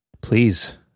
please